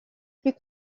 plus